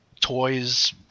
toys